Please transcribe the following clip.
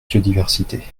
biodiversité